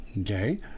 okay